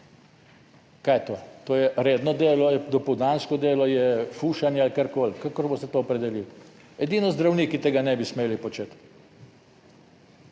Kaj je to? To je redno delo, je dopoldansko delo, je fušanje ali karkoli, kakor boste to opredelili. Edino zdravniki tega ne bi smeli početi.